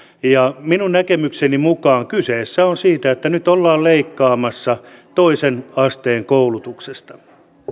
ja minun näkemykseni mukaan kyse on siitä että nyt ollaan leikkaamassa toisen asteen koulutuksesta